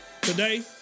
Today